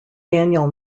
daniel